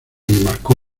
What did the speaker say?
marcó